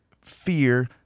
fear